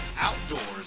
outdoors